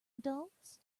adults